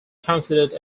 considered